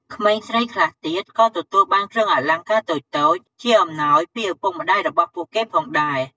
ក្មេងស្រីខ្លះទៀតក៏ទទួលបានគ្រឿងអលង្ការតូចៗជាអំណោយពីឱពុកម្ដាយរបស់ពួកគេផងដែរ។